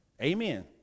Amen